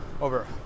over